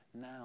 now